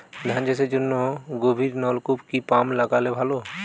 ধান চাষের জন্য গভিরনলকুপ কি পাম্প লাগালে ভালো?